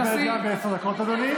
תנסי, לא, היא גם מוגבלת לעשר דקות, אדוני.